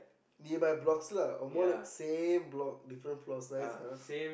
nearby blocks lah or more like same block different floors nice !huh!